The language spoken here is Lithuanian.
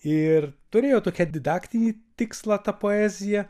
ir turėjo tokią didaktinį tikslą ta poezija